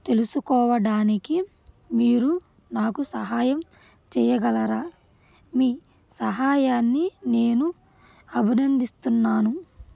తెలుసుకోవడానికి మీరు నాకు సహాయం చెయ్యగలరా మీ సహాయాన్ని నేను అభినందిస్తున్నాను